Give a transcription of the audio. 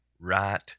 right